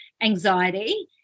anxiety